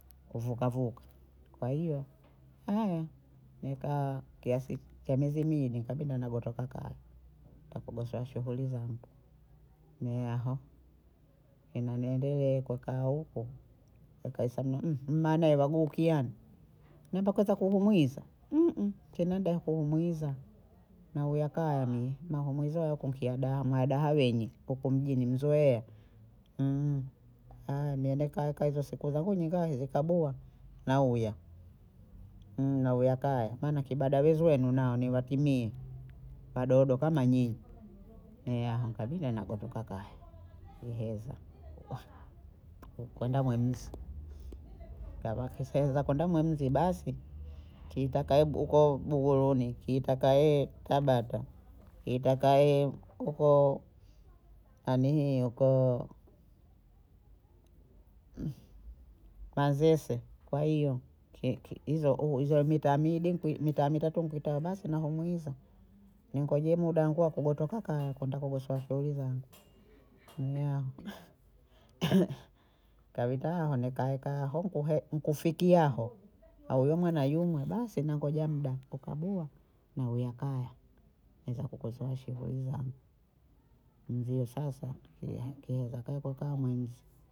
Kuvukavuka kwa hiyo haya, nekaa kiasi cha miezi miwili nikabinda nagotoka kaya takugosowa shughuli zangu ne aho tena niendelee kukaa huku hakaiseme mane wagukihano mimba kwanza kugumuhiza chenedeha kumuiza nauya kaya mie, maumwizo yako mkiyadaha mwahadada wenye huko mjini mzoea haya nene kaeka siku zangu ningae ikabuha nauya nauya kaya maana kibada wezi wenu na niwaki mie, wadodo kama nyinyi ne haha nkabinda nakotoka kaya mheza uha kwenda mwemsi kava seya za kwenda mwemsi basi kitaka huko buguruni, kiitaka ye tabata, kiitaka ye huko nanihii hukooo manzese kwa hiyo ke- ke hizo hu mita mbiyi nkui mita tatu mkitoa basi nahumwiza ningoje muda wangu wa kugotoka kaya kwenda kugosowa shughuli zangu na kawekaha ne kawekaho nkuhe nkufikiaho awe mwana yumwe basi nangoja muda, ukabwiya nauya kaya neza kugosowa shughuli zangu, nzie sasa nkiyakeza kaweko kamwenzi